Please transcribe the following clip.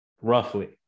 roughly